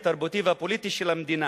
התרבותי והפוליטי של המדינה.